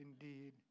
indeed